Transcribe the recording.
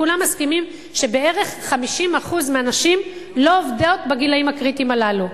כולם מסכימים שבערך 50% מהנשים לא עובדות בגילים הקריטיים הללו.